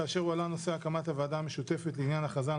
כאשר הועלה נושא הקמת הוועדה המשותפת לעניין הכרזה על